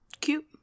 Cute